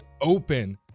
open